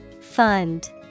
Fund